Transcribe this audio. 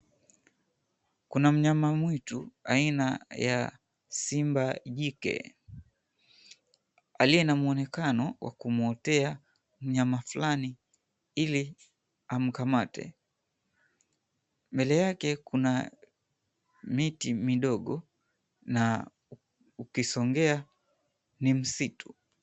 Kuna mnyama mwitu aina ya simba jike aliye na mwonekano wa kumwotea mnyama fulani ili amkamate, mbele yake kuna miti midogo na ukisongea ni msitu.